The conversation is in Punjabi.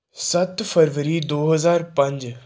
ਸੱਤ ਫਰਵਰੀ ਦੋ ਹਜ਼ਾਰ ਪੰਜ